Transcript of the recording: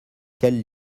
quelle